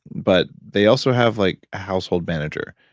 but they also have like a household manager.